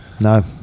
No